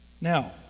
Now